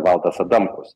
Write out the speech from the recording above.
valdas adamkus